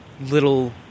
little